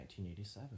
1987